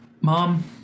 mom